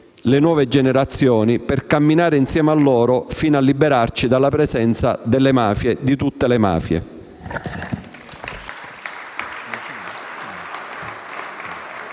le nuove generazioni, per camminare insieme a loro fino a liberarci dalla presenza delle mafie, di tutte le mafie.